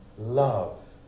Love